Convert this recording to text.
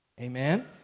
Amen